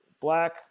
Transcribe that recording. black